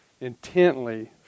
intently